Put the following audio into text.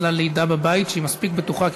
קואליציה ואופוזיציה,